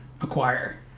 acquire